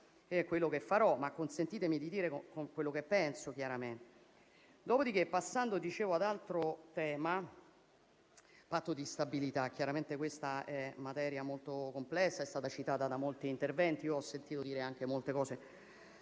è quello che farò, ma consentitemi di dire quello che penso. Passando al tema del Patto di stabilità, chiaramente questa è materia molto complessa, è stata citata da molti interventi e ho sentito dire anche molte cose